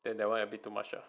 then that one a bit too much ah